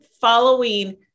following